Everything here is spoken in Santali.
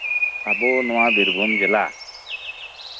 ᱟᱵᱚ ᱱᱚᱶᱟ ᱵᱤᱨᱵᱷᱩᱢ ᱡᱮᱞᱟ